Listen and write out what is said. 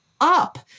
up